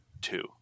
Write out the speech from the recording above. Two